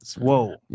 Whoa